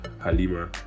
Halima